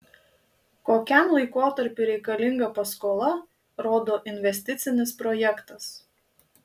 kokiam laikotarpiui reikalinga paskola rodo investicinis projektas